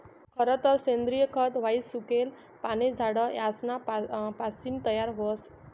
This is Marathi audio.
खरतर सेंद्रिय खत हाई सुकेल पाने, झाड यासना पासीन तयार व्हस